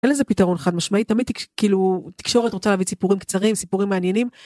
אין לזה פתרון חד משמעית, תמיד כאילו תקשורת רוצה להביא סיפורים קצרים, סיפורים מעניינים.